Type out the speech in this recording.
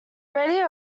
radio